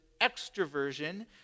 extroversion